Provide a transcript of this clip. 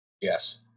Yes